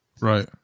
Right